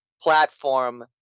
platform